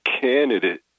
candidate